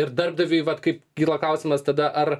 ir darbdaviui vat kaip kyla klausimas tada ar